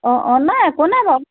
অঁ অঁ নাই একোনাই বাৰু